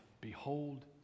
behold